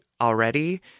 already